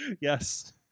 Yes